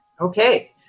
Okay